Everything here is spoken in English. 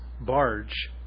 barge